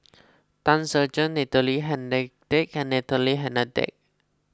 Tan Ser Cher Natalie Hennedige and Natalie Hennedige